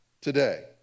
today